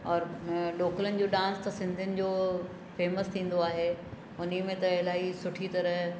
औरि ढोकलनि जो डांस त सिंधियुनि जो फेमस थींदो आहे हुन में त इलाही सुठी तरह